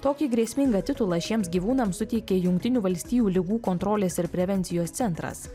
tokį grėsmingą titulą šiems gyvūnams suteikė jungtinių valstijų ligų kontrolės ir prevencijos centras